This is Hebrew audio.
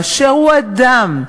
באשר הוא אדם,